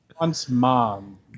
once-mom